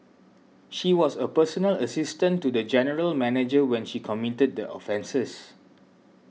she was a personal assistant to the general manager when she committed the offences